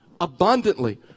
abundantly